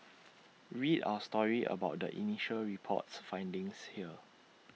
read our story about the initial report's findings here